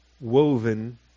woven